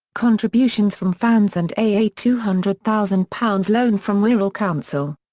contributions from fans and a two hundred thousand pounds loan from wirral council.